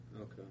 Okay